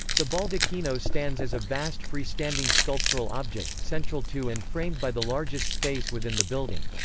the baldacchino stands as a vast free-standing sculptural object, central to and framed by the largest space within the building.